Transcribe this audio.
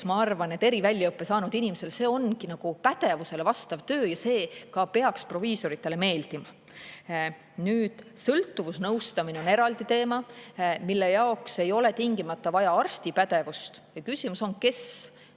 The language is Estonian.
ma arvan, et eriväljaõppe saanud inimesel see ongi pädevusele vastav töö ja see ka peaks proviisoritele meeldima. Nüüd, sõltuvusnõustamine on eraldi teema. Selle jaoks ei ole tingimata vaja arsti pädevust ja küsimus on, kes